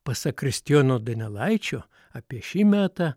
pasak kristijono donelaičio apie šį metą